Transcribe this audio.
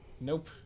Nope